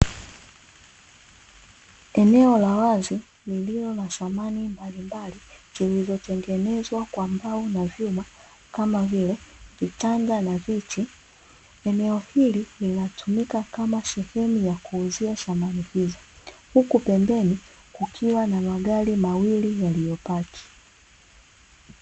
Eneo la wazi lililo na samani mbalimbali, zilizotengenezwa kwa mbao na vyuma, kama vile; vitanda na viti. Eneo hili linatumika kama sehemu ya kuuzia samani hizo, huku pembeni kukiwa na magari mawili yaliyopaki.